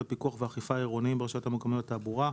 הפיקוח והאכיפה העירוניים ברשויות המקומיות (תעבורה),